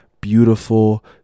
beautiful